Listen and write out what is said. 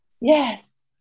Yes